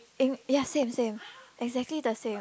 eh ya same same exactly the same